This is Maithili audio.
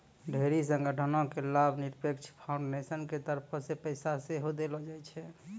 ढेरी संगठनो के लाभनिरपेक्ष फाउन्डेसन के तरफो से पैसा सेहो देलो जाय छै